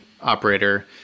operator